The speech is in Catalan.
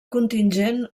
contingent